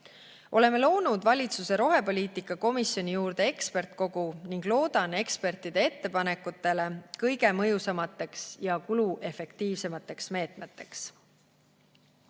Oleme loonud valitsuse rohepoliitika komisjoni juurde ekspertkogu ning loodan ekspertide ettepanekutele kõige mõjusamate ja kuluefektiivsemate meetmete